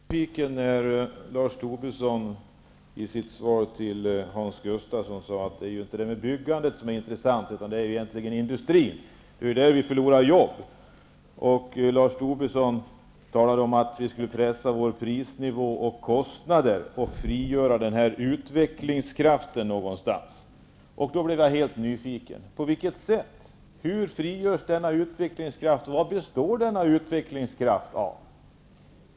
Fru talman! Jag blev nyfiken när Lars Tobisson i sitt svar till Hans Gustafsson sade att det inte är byggandet som är intressant utan industrin. Det är där arbetena förloras. Lars Tobisson talade om att pressa prisnivåerna och kostnaderna och från någonstans frigöra utvecklingskraften. Då blev jag nyfiken. På vilket sätt frigörs denna utvecklingskraft och vad består den av?